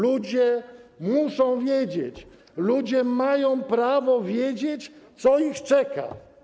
Ludzie muszą wiedzieć, ludzie mają prawo wiedzieć, co ich czeka.